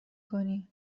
کنی